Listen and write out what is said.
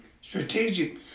Strategic